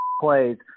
plays